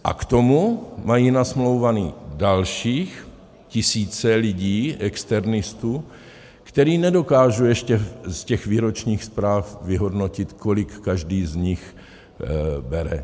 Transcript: A k tomu mají nasmlouvaných dalších tisíce lidí, externistů, které nedokážu ještě z těch výročních zpráv vyhodnotit, kolik každý z nich bere.